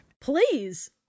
please